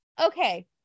okay